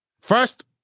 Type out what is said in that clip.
First